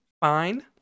Fine